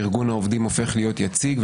ארגון העובדים הופך להיות יציג,